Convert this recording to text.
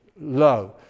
low